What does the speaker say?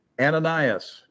Ananias